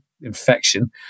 infection